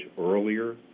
earlier